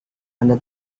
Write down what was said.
anda